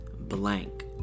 blank